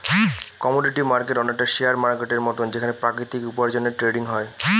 commodity market অনেকটা share মার্কেটের মতন যেখানে প্রাকৃতিক উপার্জনের ট্রেডিং হয়